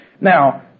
Now